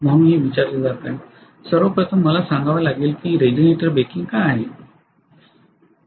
म्हणूनच हे विचारले जात आहे सर्व प्रथम मला सांगावे लागेल की रीजनरेटर ब्रेकिंग काय आहे